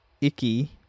Icky